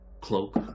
cloak